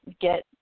get